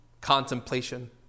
contemplation